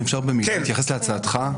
אפשר במילה להתייחס להצעתך?